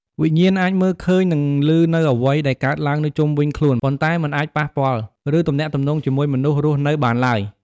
វិញ្ញាណអាចមើលឃើញ និងឮនូវអ្វីដែលកើតឡើងនៅជុំវិញខ្លួន ប៉ុន្តែមិនអាចប៉ះពាល់ ឬទំនាក់ទំនងជាមួយមនុស្សរស់នៅបានឡើយ។